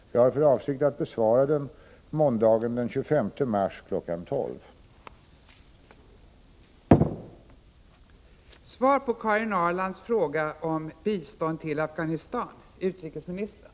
Jag har för avsikt att besvara interpellationen måndagen den 25 mars kl. 12.00.